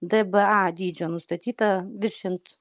dba dydžio nustatyta viršijant